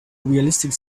realistic